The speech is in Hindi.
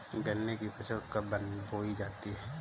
गन्ने की फसल कब बोई जाती है?